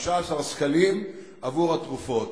15 שקלים עבור התרופות.